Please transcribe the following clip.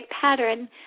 pattern